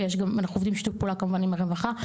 ואנחנו עובדים בשיתוף פעולה כמובן עם הרווחה.